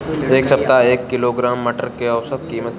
एक सप्ताह एक किलोग्राम मटर के औसत कीमत का ह?